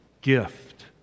gift